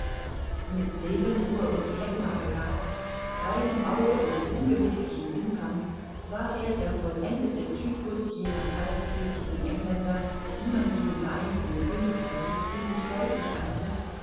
mit seelenruhe und phlegma begabt reinem auge und unbeweglichen wimpern war er der vollendete typus jener kaltblütigen engländer wie man sie im vereinigten königreiche ziemlich häufig antrifft